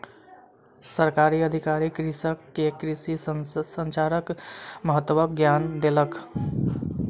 सरकारी अधिकारी कृषक के कृषि संचारक महत्वक ज्ञान देलक